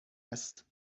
است